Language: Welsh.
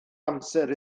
amser